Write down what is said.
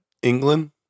England